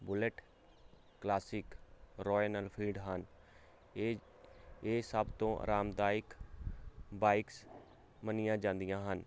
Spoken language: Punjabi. ਬੁਲੇਟ ਕਲਾਸਿਕ ਰੋਇਲ ਇਨਫੀਡ ਹਨ ਇਹ ਇਹ ਸਭ ਤੋਂ ਆਰਾਮਦਾਇਕ ਬਾਈਕਸ ਮੰਨੀਆਂ ਜਾਂਦੀਆਂ ਹਨ